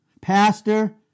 Pastor